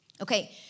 Okay